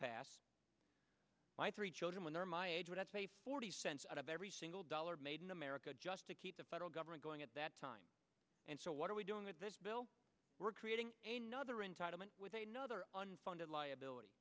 pass my three children when they were my age would have saved forty cents out of every single dollar made in america just to keep the federal government going at that time and so what are we doing with this bill we're creating other entitlement with a nother unfunded liability